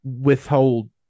withhold